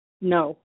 No